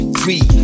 three